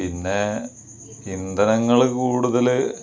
പിന്നെ ഇന്ധനങ്ങൾ കൂടുതൽ